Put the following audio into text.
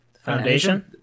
foundation